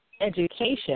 education